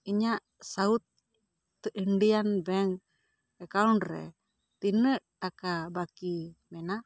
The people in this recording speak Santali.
ᱤᱧᱟᱜ ᱜ ᱥᱟᱣᱩᱛ ᱤᱱᱰᱤᱭᱟᱱ ᱵᱮᱝᱠ ᱮᱠᱟᱣᱩᱱᱴ ᱨᱮ ᱛᱤᱱᱟᱜ ᱴᱟᱠᱟ ᱵᱟᱠᱤ ᱢᱮᱱᱟᱜ